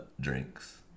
drinks